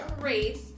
race